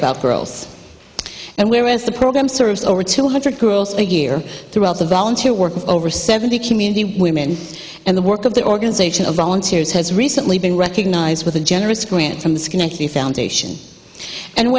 about girls and whereas the program serves over two hundred girls a year throughout the volunteer work of over seventy community women and the work of the organization of volunteers has recently been recognized with a generous going from schenectady foundation and